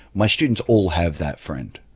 my students all have that friend